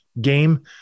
game